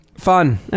Fun